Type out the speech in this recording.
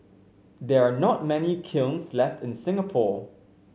there are not many kilns left in Singapore